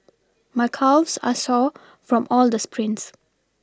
my calves are sore from all the sprints